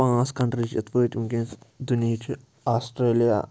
پانٛژھ کَنٹری چھِ یِتھ پٲٹھۍ وٕنۍکٮ۪نَس دُنیاچہِ آسٹریلیا